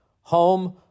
home